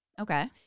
Okay